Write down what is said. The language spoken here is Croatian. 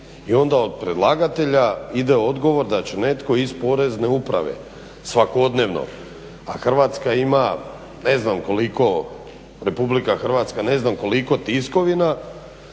I onda od predlagatelja ide odgovor da će netko iz Porezne uprave svakodnevno, a Hrvatska ima ne znam koliko, Republika Hrvatska ne znam koliko tiskovina.